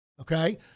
Okay